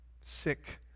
sick